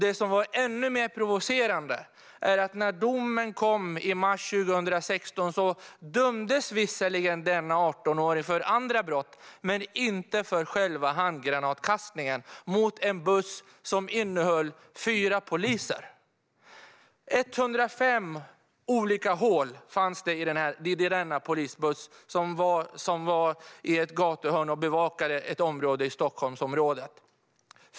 Det som var ännu mer provocerande var att när domen kom i mars 2016 dömdes visserligen den 18-årige gärningsmannen för andra brott men inte för själva handgranatkastningen mot en buss där det satt fyra poliser. Det fanns 105 hål i polisbussen, som stod i ett gathörn och bevakade en plats i Stockholmsområdet.